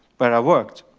but i worked.